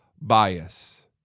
bias